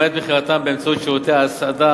למעט מכירתם באמצעות שירותי הסעדה,